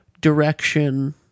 direction